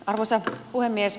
arvoisa puhemies